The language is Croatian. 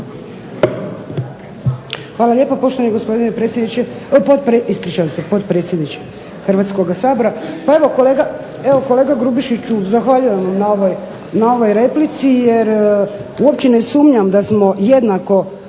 Hvala lijepa poštovani gospodine predsjedniče, ispričavam se, potpredsjedniče Hrvatskog sabora. Pa evo kolega Grubišiću zahvaljujem vam na ovoj replici jer uopće ne sumnjam da smo jednako